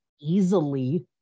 easily